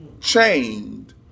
chained